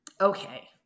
okay